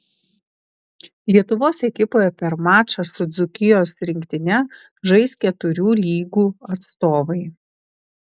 lietuvos ekipoje per mačą su dzūkijos rinktine žais keturių lygų atstovai